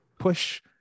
push